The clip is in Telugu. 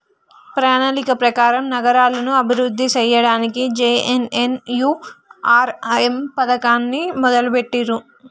ప్రణాళిక ప్రకారం నగరాలను అభివృద్ధి సేయ్యడానికి జే.ఎన్.ఎన్.యు.ఆర్.ఎమ్ పథకాన్ని మొదలుబెట్టిర్రు